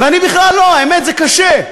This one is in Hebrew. ואני בכלל לא, האמת, זה קשה.